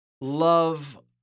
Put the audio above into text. love